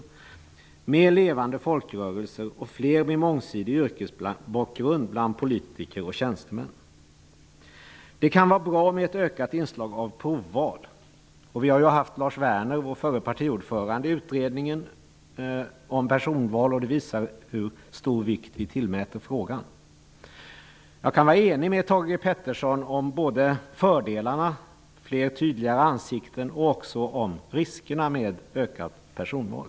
Vi behöver mera av levande folkrörelser och flera med mångsidig yrkesbakgrund bland politiker och tjänstemän. Det kan vara bra med ett ökat inslag av provval. Werner, var med i utredningen om personval. Det visar att vi tillmäter frågan stor vikt. Jag kan vara överens med Thage G Peterson om fördelarna och nackdelarna med personval. En fördel är att det blir fler tydliga ansikten.